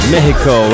Mexico